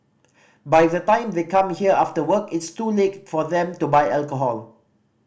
by the time they come here after work it's too late for them to buy alcohol